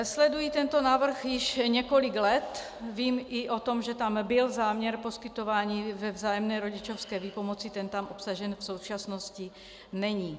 Sleduji tento návrh již několik let, vím i o tom, že tam byl záměr poskytování vzájemné rodičovské výpomoci, ten tam obsažen v současnosti není.